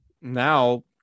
now